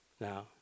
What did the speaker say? Now